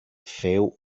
feu